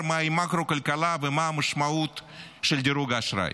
במה היא מקרו כלכלה ומה המשמעות של דירוג האשראי,